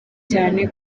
cyane